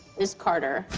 is carter.